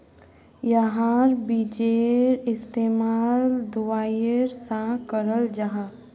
याहार बिजेर इस्तेमाल दवाईर सा कराल जाहा